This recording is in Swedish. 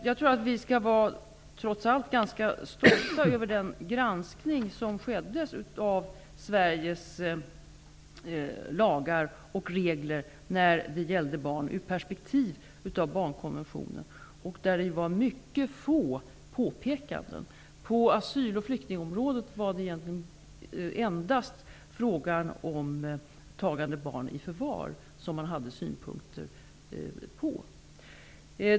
Jag tror att vi trots allt skall vara ganska stolta över den granskning av Sveriges lagar och regler som skedde när det gällde barn i perspektiv av barnkonventionen. Där gjordes mycket få påpekanden. På asyl och flyktingområdet var det egentligen endast i fråga om tagande av barn i förvar som det lämnades synpunkter.